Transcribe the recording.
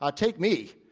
ah take me.